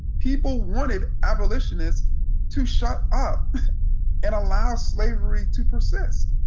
people wanted abolitionists to shut up and allow slavery to persist,